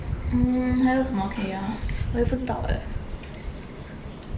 mm 还有什么可以 ah 我也不知道 eh